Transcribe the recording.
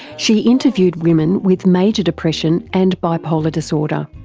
she interviewed women with major depression and bipolar disorder.